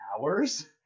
hours